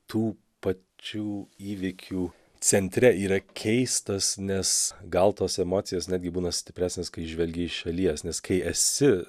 tų pačių įvykių centre yra keistas nes gal tos emocijos netgi būna stipresnės kai žvelgi iš šalies nes kai esi